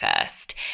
first